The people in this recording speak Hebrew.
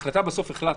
את ההחלטה בסוף החלטנו,